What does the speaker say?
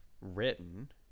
written